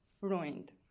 ruined